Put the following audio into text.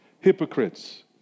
hypocrites